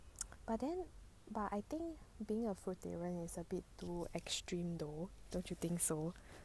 but then but I think being a fruitarian is a bit too extreme though don't you think so